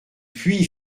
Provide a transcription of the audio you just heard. puy